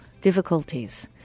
difficulties